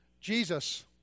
Jesus